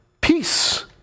peace